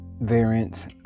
variants